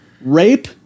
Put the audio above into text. rape